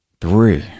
three